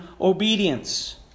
obedience